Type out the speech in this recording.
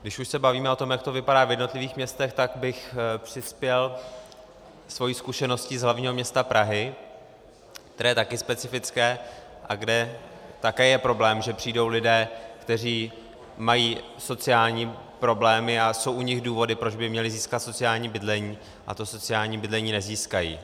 Když už se bavíme o tom, jak to vypadá v jednotlivých městech, tak bych přispěl svou zkušeností z hlavního města Prahy, které je také specifické a kde je také problém, že přijdou lidé, kteří mají sociální problémy a jsou u nich důvody, proč by měli získat sociální bydlení, a sociální bydlení nezískají.